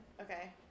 Okay